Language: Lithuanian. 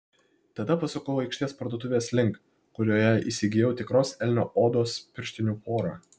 tada pasukau aikštės parduotuvės link kurioje įsigijau tikros elnio odos pirštinių porą